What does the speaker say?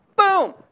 Boom